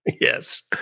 yes